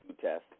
test